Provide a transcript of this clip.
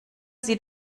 sie